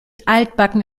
altbacken